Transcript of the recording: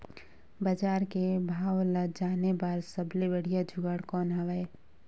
बजार के भाव ला जाने बार सबले बढ़िया जुगाड़ कौन हवय?